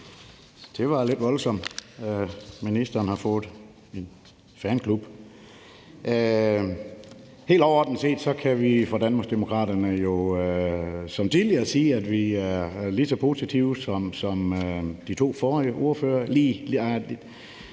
Det var lidt voldsomt at høre, at ministeren har fået en fanklub. Helt overordnet set kan vi jo fra Danmarksdemokraternes side sige, at vi er lige så positive som de to forrige ordfører.